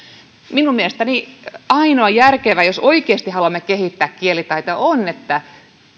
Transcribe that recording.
minun mielestäni ainoa järkevä jos oikeasti haluamme kehittää kielitaitoa on että